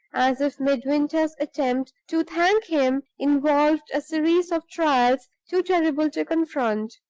as if midwinter's attempt to thank him involved a series of trials too terrible to confront.